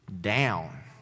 down